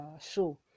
show